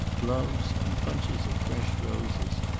gloves and bunches of fresh roses.